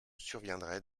surviendraient